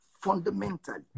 fundamentally